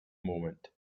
moment